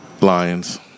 Lions